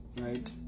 right